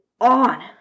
on